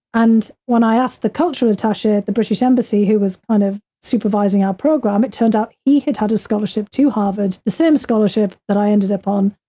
and when i asked the cultural attache at the british embassy, who was kind of supervising our program, it turned out he had had a scholarship to harvard, the same scholarship that i ended up on,